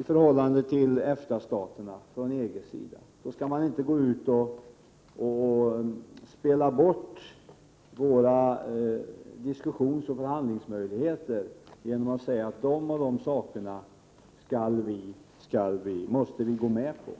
i förhållande till EFTA-staterna skall man inte spela bort våra diskussionsoch förhandlingsmöjligheter genom att säga att vi måste gå med på de eller de kraven.